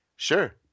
Sure